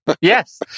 yes